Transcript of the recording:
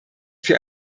für